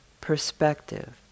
perspective